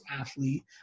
athlete